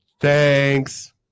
Thanks